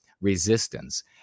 resistance